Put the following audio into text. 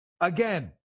Again